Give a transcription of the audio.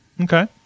Okay